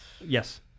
Yes